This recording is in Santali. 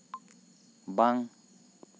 ᱵᱟᱝ